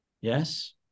Yes